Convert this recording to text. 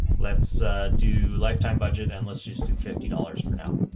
let's do lifetime budget and let's just do fifty dollars for now.